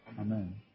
Amen